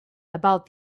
about